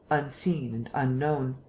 unseen and unknown.